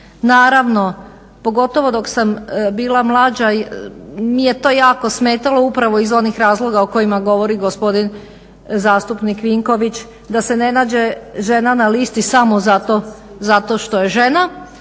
Naravno, pogotovo dok sam bila mlađa mi je to jako smetalo upravo iz onih razloga o kojima govori gospodin zastupnik Vinković da se ne nađe žena na listi samo zato što je žena.